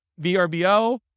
VRBO